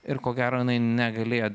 ir ko gero jinai negalėjo